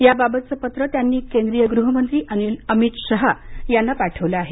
या बाबतचे पत्र त्यांनी केंद्रीय गृहमंत्री अमित शहा यांना पाठवले आहे